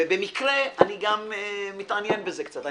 ובמקרה אני גם מתעניין בזה קצת.